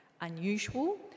unusual